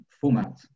format